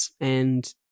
and-